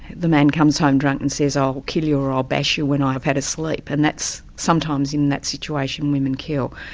the man comes home drunk and says i'll kill you, or i'll bash you when i've had a sleep. and sometimes in that situation, women kill.